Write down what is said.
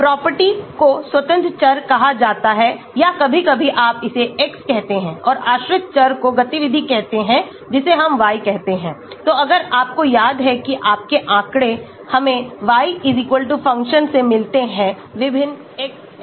तो प्रॉपर्टी को स्वतंत्र चर कहा जाता है या कभी कभी आप इसे x कहते हैं और आश्रित चर को गतिविधि कहते हैं जिसे हम y कहते हैं तो अगर आपको याद है कि आपके आँकड़े हमें y फ़ंक्शन से मिलते हैं विभिन्न xs के